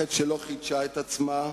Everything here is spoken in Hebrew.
מערכת שלא חידשה את עצמה,